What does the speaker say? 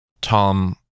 Tom